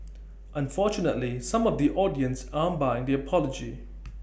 unfortunately some of the audience aren't buying the apology